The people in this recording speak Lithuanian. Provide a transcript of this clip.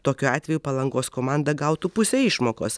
tokiu atveju palangos komanda gautų pusę išmokos